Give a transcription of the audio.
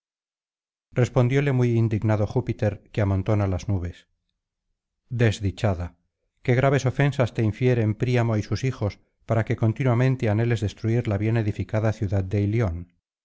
respondióle muy indignado júpiter que amontona las nubes desdichada qué graves ofensas te infieren príamo y sus hijos para que continuamente anheles destruir la bien edificada ciudad de ilion